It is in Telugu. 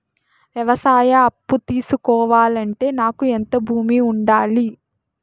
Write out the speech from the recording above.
వ్యవసాయ అప్పు తీసుకోవాలంటే నాకు ఎంత భూమి ఉండాలి?